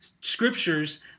scriptures